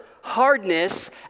hardness